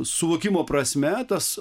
suvokimo prasme tas